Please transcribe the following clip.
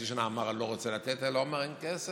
שאמר לפני חצי שנה שהוא לא רוצה לתת אלא אמר שאין כסף,